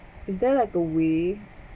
is there like a way